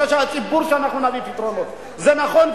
זה נכון,